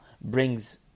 brings